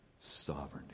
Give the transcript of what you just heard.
sovereignty